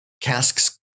casks